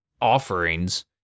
offerings